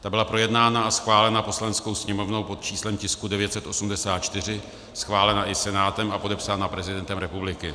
Ta byla projednána a schválena Poslaneckou sněmovnou pod číslem tisku 984, schválena i Senátem a podepsána prezidentem republiky.